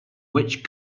which